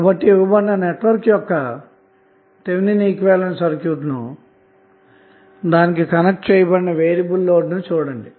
కాబట్టి ఇవ్వబడిన నెట్వర్క్ యొక్క థెవినిన్ ఈక్వివలెంట్ సర్క్యూట్ను దానికి కనెక్ట్ చేయబడినవేరియబుల్ లోడ్ ను చూడండి